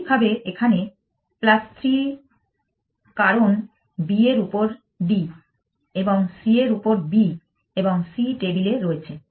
একইভাবে এখানে 3 কারণ b এর উপর d এবং c এর উপর b এবং c টেবিলে রয়েছে